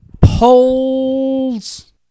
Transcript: polls